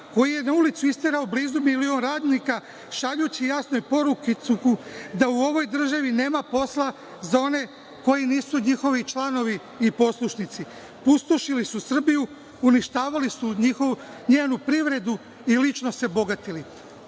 koji je na ulice isterao blizu milion radnika šaljući jasne poruke da u ovoj državi nema posla za one koji nisu njihovi članovi i poslušnici. Opustošili su Srbiju, uništavali su njenu privredu i lično se bogatili. Upravo